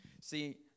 See